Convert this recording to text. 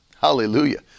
Hallelujah